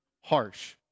harsh